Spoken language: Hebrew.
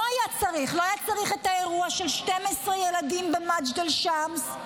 לא היה צריך את האירוע של 12 ילדים במג'דל שמס.